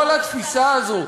כל התפיסה הזו,